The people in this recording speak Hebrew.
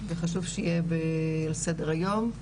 זה חשוב שיהיה בסדר היום.